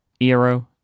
Eero